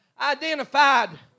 identified